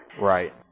Right